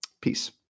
Peace